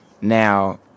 Now